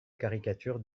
caricature